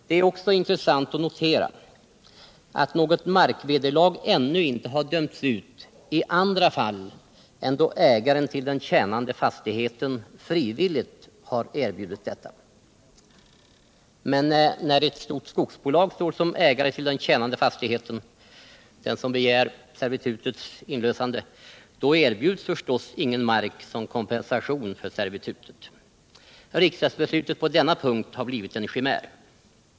Det är också intressant att notera att något markvederlag ännu inte har dömts ut i annat fall än då ägaren till den tjänande fastigheten frivilligt har erbjudit detta. Men när ett stort skogsbolag står som ägare till den tjänande fastigheten. den som begär servitutets inlösande, då erbjuds förstås ingen mark som kompensation för servitutet. Riksdagsbeslutet på denna punkt har blivit en chimär.